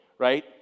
right